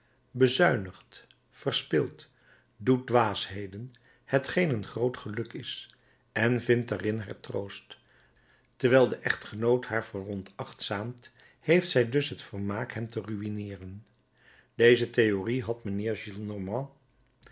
bezuinigt verspilt doet dwaasheden hetgeen een groot geluk is en vindt daarin haar troost terwijl de echtgenoot haar veronachtzaamt heeft zij dus het vermaak hem te ruïneeren deze theorie had mijnheer